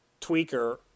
tweaker –